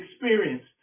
experienced